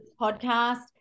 podcast